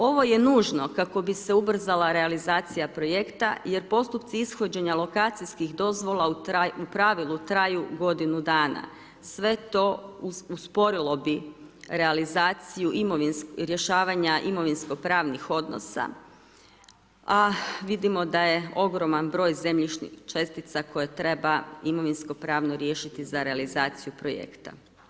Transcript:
Ovo je nužno kako bi se ubrzala realizacija projekta jer postupci ishođenja lokacijskih dozvola u pravilu traju godinu dana sve to usporilo bi realizaciju rješavanja imovinsko-pravnih odnosa, a vidimo da je ogroman broj zemljišnih čestica koje treba imovinsko-pravno riješiti za realizaciju projekta.